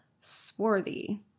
swarthy